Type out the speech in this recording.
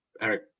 Eric